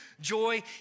joy